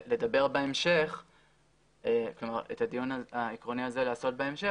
את הדיון העקרוני הזה אפשר לעשות בהמשך,